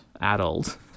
adult